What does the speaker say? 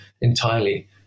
entirely